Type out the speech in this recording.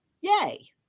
yay